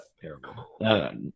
terrible